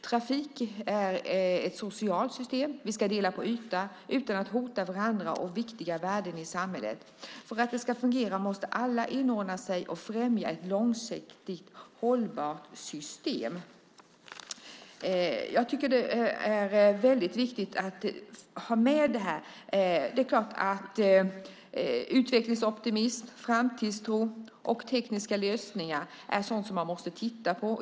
Trafik är ett socialt system, vi ska dela på en yta, utan att hota varandra och viktiga värden i samhället. För att det ska fungera måste alla inordna sig och främja ett långsiktigt hållbart system". Jag tycker att det är väldigt viktigt att ha med det här. Det är klart att utvecklingsoptimism, framtidstro och tekniska lösningar är sådant som man måste titta på.